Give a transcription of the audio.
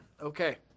okay